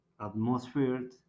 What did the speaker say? atmosphere